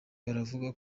baravuga